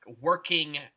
working